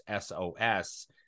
SOS